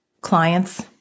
clients